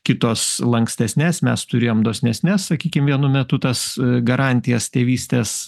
kitos lankstesnes mes turėjom dosnesnes sakykim vienu metu tas garantijas tėvystės